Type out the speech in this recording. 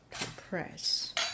compress